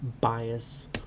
bias